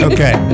Okay